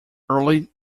early